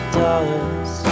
dollars